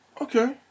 Okay